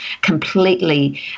completely